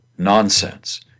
Nonsense